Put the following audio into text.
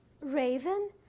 Raven